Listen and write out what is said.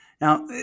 Now